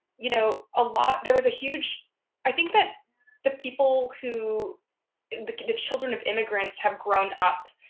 you know, a lot there was a huge i think that the people who the children of immigrants have grown up,